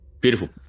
Beautiful